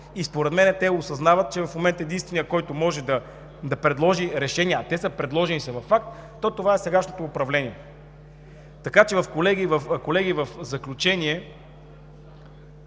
и според мен те осъзнават, че в момента единственият, който може да предложи решения, а те са предложени и са факт, то това е сегашното управление. Колеги, в заключение,